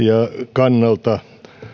kannalta